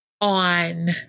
on